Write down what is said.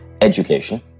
education